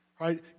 right